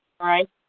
right